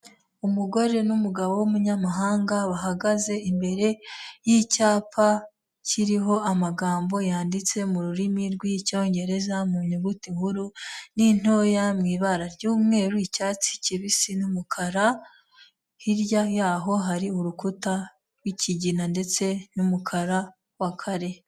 Umugore n'umugabo w'umunyamahanga bahagaze imbere y'icyapa kiriho amagambo yanditse mu rurimi rw'Icyongereza mu nyuguti nkuru n'intoya mu ibara ry'umweru, icyatsi kibisi n'umukara, hirya yaho hari urukuta rw'ikigina ndetse n'umukara wa kare.